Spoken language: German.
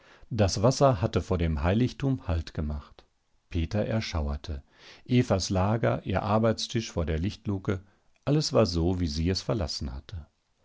das wasser hatte vor dem heiligtum haltgemacht peter erschauerte evas lager ihr arbeitstisch vor der lichtluke alles war so wie sie es verlassen hatte